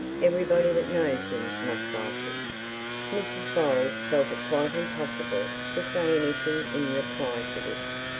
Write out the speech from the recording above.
everybody that knows him must like him mrs bold felt it quite impossible to say anything in reply to this.